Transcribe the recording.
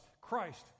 Christ